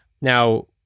Now